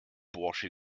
bursche